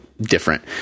different